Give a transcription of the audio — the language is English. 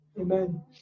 amen